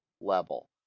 level